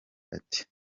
ati